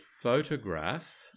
photograph